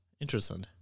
Interesting